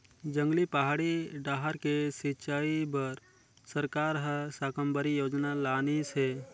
जंगली, पहाड़ी डाहर के सिंचई बर सरकार हर साकम्बरी योजना लानिस हे